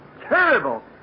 terrible